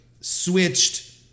switched